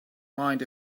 mind